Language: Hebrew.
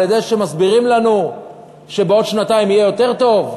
על-ידי כך שמסבירים לנו שבעוד שנתיים יהיה יותר טוב?